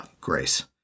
Grace